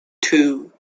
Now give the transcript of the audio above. two